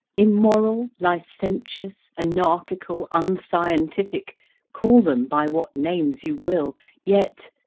immoral, licentious, anarchical, unscientific call them by what names you will yet,